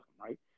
right